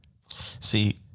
See